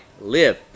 live